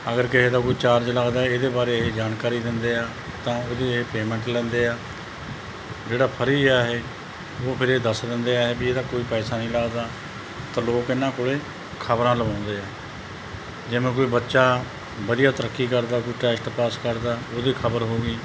ਅਗਰ ਕਿਸੇ ਦਾ ਕੋਈ ਚਾਰਜ ਲੱਗਦਾ ਇਹਦੇ ਬਾਰੇ ਇਹ ਜਾਣਕਾਰੀ ਦਿੰਦੇ ਆ ਤਾਂ ਉਹਦੀ ਇਹ ਪੇਮੈਂਟ ਲੈਂਦੇ ਆ ਜਿਹੜਾ ਫਰੀ ਆ ਇਹ ਉਹ ਫਿਰ ਇਹ ਦੱਸ ਦਿੰਦੇ ਆ ਵੀ ਇਹਦਾ ਕੋਈ ਪੈਸਾ ਨਹੀਂ ਲੱਗਦਾ ਤਾਂ ਲੋਕ ਇਹਨਾਂ ਕੋਲ ਖ਼ਬਰਾਂ ਲਗਵਾਉਂਦੇ ਆ ਜਿਵੇਂ ਕੋਈ ਬੱਚਾ ਵਧੀਆ ਤਰੱਕੀ ਕਰਦਾ ਕੋਈ ਟੈਸਟ ਪਾਸ ਕਰਦਾ ਉਹਦੀ ਖ਼ਬਰ ਹੋ ਗਈ